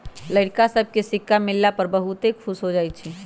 लइरका सभके सिक्का मिलला पर बहुते खुश हो जाइ छइ